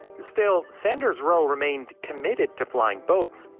still, saunders-roe remained committed to flying boats.